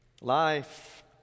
Life